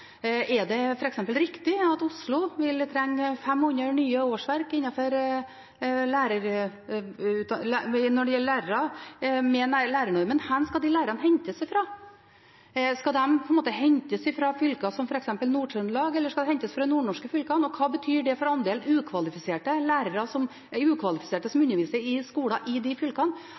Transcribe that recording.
Er det f.eks. riktig at Oslo vil trenge 500 nye lærerårsverk med lærernormen? Hvor skal de lærerne hentes fra? Skal de hentes fra fylker som f.eks. Nord-Trøndelag, eller skal de hentes fra nordnorske fylker, og hva betyr det for andelen ukvalifiserte som underviser i skolene i de fylkene?